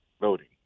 voting